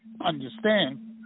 understand